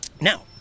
Now